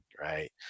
right